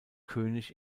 könig